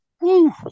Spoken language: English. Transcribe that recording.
Woo